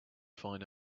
find